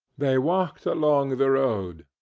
they walked along the road,